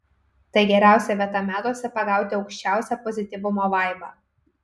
tai geriausia vieta metuose pagauti aukščiausią pozityvumo vaibą